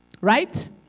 Right